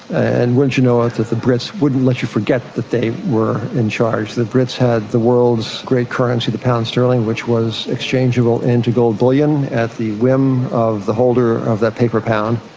and wouldn't you know ah it that the brits wouldn't let you forget that they were in charge. the brits had the world's great currency, the pound sterling, which was exchangeable into gold bullion at the whim of the holder of that paper pound,